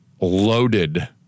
loaded